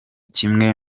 kimwe